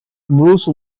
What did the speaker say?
bruce